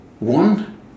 One